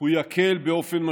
ככל שישנה כזאת,